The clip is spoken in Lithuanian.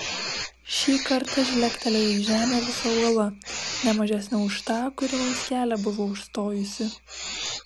šį kartą žlegtelėjo į žemę visa uola ne mažesnė už tą kuri mums kelią buvo užstojusi